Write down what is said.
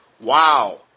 wow